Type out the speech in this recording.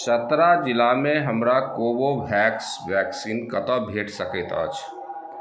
चतरा जिलामे हमरा Covovax vaccine कत भेट सकैत अछि